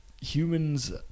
humans